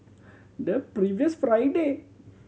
the previous Friday